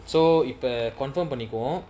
so இப்ப:ippa confirm பண்ணிக்குவோ:pannikuvo